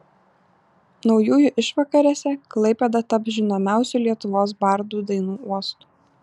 naujųjų išvakarėse klaipėda taps žinomiausių lietuvos bardų dainų uostu